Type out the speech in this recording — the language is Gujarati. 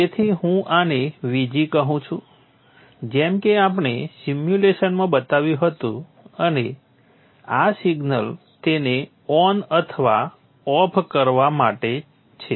તેથી હું આને Vg કહું છું જેમ કે આપણે સિમ્યુલેશનમાં બતાવ્યુ હતું અને આ સિગ્નલ તેને ઓન અથવા ઓફ કરવા માટે છે